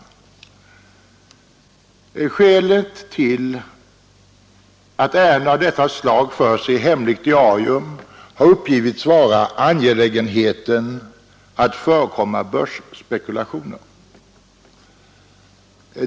Diarieföring av vissa Skälet till att ärenden av detta slag förs i hemligt diarium har uppgivits Skatteärenden och vara angelägenheten att förekomma börsspekulationer.